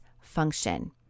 function